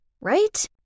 right